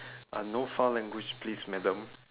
uh no foul language please madam